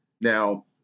Now